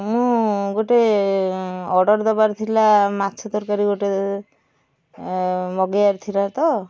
ମୁଁ ଗୋଟେ ଅର୍ଡର୍ ଦେବାର ଥିଲା ମାଛ ତରକାରୀ ଗୋଟେ ମଗାଇବାର ଥିଲା ତ